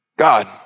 God